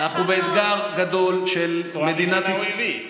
אנחנו באתגר גדול של מדינת ישראל,